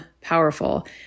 powerful